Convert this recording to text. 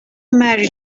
marry